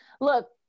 look